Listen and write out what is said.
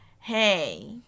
Hey